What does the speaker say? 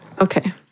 Okay